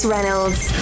Reynolds